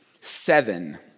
Seven